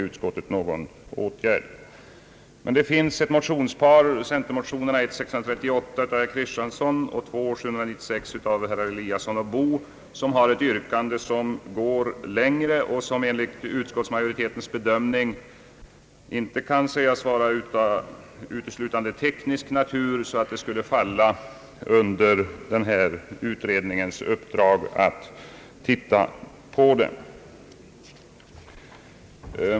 Men det finns ett motionspar — centermotionerna I: 638 av herr Kristiansson m.fl. och II: 796 av herrar Eliasson och Boo — där yrkandet går längre och enligt utskottsmajoritetens bedömning inte kan sägas ha uteslutande teknisk karaktär, så att det skulle falla under den nämnda utredningens uppdrag att titta på det.